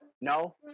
No